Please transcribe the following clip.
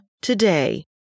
today